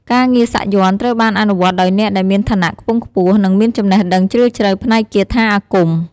ការងារសាក់យ័ន្តត្រូវបានអនុវត្តដោយអ្នកដែលមានឋានៈខ្ពង់ខ្ពស់ និងមានចំណេះដឹងជ្រាលជ្រៅផ្នែកគាថាអាគម។